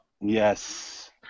Yes